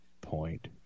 point